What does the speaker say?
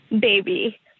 baby